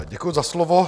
Děkuji za slovo.